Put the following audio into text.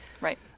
Right